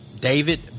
David